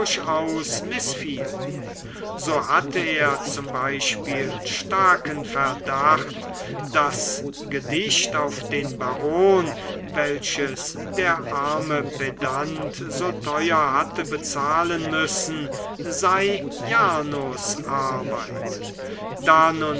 durchaus mißfiel so hatte er zum beispiel starken verdacht das gedicht auf den baron welches der arme pedant so teuer hatte bezahlen müssen sei jarnos arbeit da